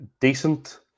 decent